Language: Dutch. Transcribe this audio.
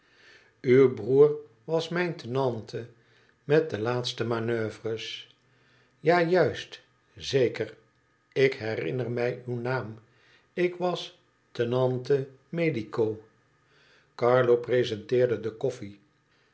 uw broer was mijn tenente met de laatste manoeuvres ja juist zeker ik herinner mij uw naam ik was tenentemedico carlo prezenteerde de koffie